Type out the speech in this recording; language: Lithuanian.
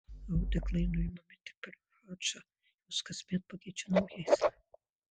audeklai nuimami tik per hadžą juos kasmet pakeičia naujais